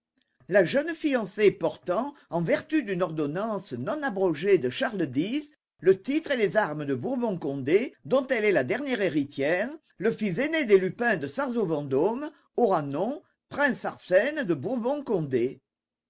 la jeune fiancée portant en vertu d'une ordonnance non abrogée de charles x le titre et les armes de bourbon condé dont elle est la dernière héritière le fils aîné des lupin de sarzeau vendôme aura nom prince arsène de